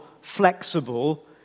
flexible